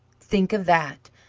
think of that!